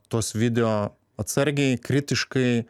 tuos video atsargiai kritiškai